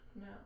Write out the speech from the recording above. no